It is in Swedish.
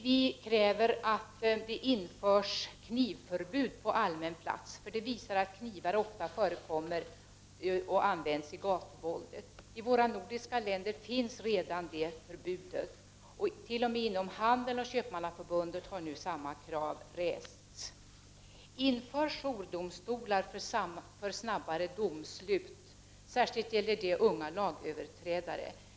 Vi kräver att det införs knivförbud på allmän plats. Det visar sig att knivar ofta förekommer och används i gatuvåldet. I de nordiska grannländerna finns redan sådant förbud. T.o.m. från Köpmannaförbundet har nu samma krav rests. Inför jourdomstolar för snabbare domslut! Särskilt gäller det beträffande unga lagöverträdare.